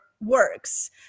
works